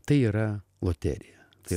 tai yra loterija tai yra